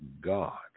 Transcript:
God